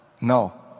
No